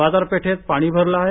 बाजारपेठेत पाणी भरलं आहे